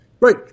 Right